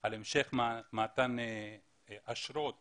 על המשך מתן אשרות